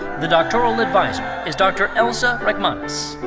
the doctoral adviser is dr. elsa reichmanis.